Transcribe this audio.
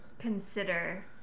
consider